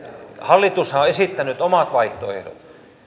hallitushan on esittänyt omat